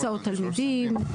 הסעות תלמידים,